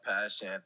passion